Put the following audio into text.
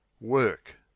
Work